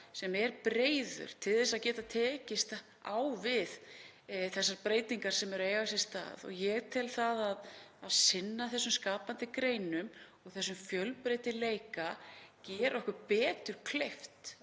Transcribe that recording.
vinnumarkað til að geta tekist á við þessar breytingar sem eru að eiga sér stað. Ég tel að það að sinna þessum skapandi greinum og þessum fjölbreytileika geri okkur betur kleift